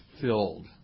filled